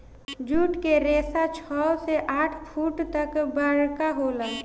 जुट के रेसा छव से आठ फुट तक बरका होला